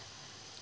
that